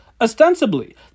Ostensibly